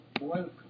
welcome